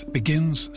begins